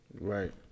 Right